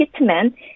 Hitman